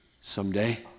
someday